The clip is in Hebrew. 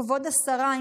כבוד השרה,